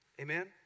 Amen